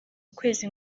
ukwezi